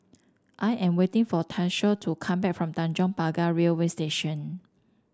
I am waiting for Tyshawn to come back from Tanjong Pagar Railway Station